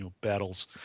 battles